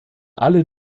alle